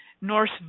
Norse